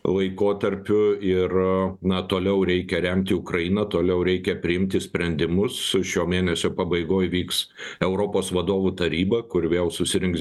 laikotarpiu ir na toliau reikia remti ukrainą toliau reikia priimti sprendimus su šio mėnesio pabaigoj vyks europos vadovų taryba kur vėl susirinks